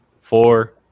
four